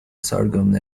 sorghum